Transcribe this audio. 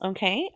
Okay